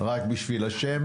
רק בשביל השם